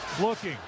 Looking